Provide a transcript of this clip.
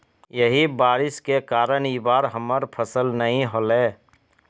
यही बारिश के कारण इ बार हमर फसल नय होले?